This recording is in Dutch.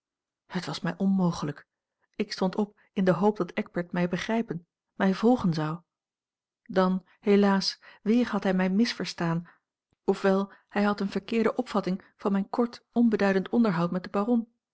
het was mij onmogelijk ik stond op in de hoop dat eckbert mij begrijpen mij volgen zou dan helaas weer had hij mij misverstaan of wel hij had eene verkeerde opvatting van mijn kort onbeduidend onderhoud met den baron